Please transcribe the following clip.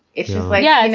it's like, yeah,